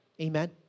Amen